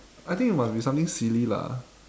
I think it must be something silly lah